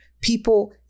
People